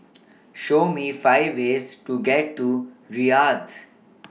Show Me five ways to get to Riyadh